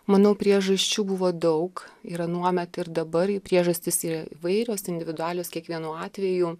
manau priežasčių buvo daug ir anuomet ir dabar jų priežastys įvairios individualios kiekvienu atveju